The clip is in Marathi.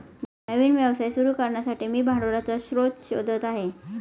नवीन व्यवसाय सुरू करण्यासाठी मी भांडवलाचा स्रोत शोधत आहे